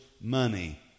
money